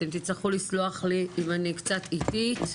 אתם תצטרכו לסלוח לי אם אני קצת איטית.